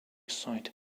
site